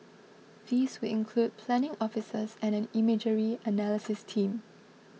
these will include planning officers and an imagery analysis team